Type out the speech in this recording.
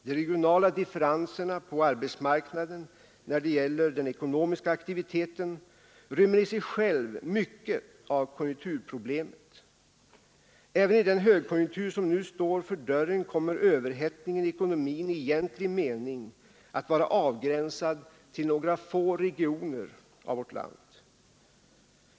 De regionala differenserna på arbetsmarknaden när det gäller den ekonomiska aktiviteten rymmer i sig själva mycket av konjunkturproblemet. Även i den högkonjunktur som nu står för dörren kommer överhettningen i ekonomin i egentlig mening att vara avgränsad till några få regioner i vårt land.